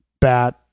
bat